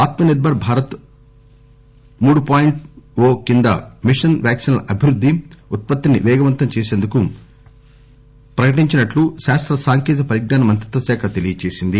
ఆత్మ నిర్బర భారత్ మూడు point O కింద మిషన్ వ్యాక్సిన్ల అభివృద్ది ఉత్పత్తిని పేగవంతం చేసేందుకు ప్రకటించినట్లు శాస్త సాంకేతిక పరిజ్ఞాన మంత్రిత్వ శాఖ తెలియజేసింది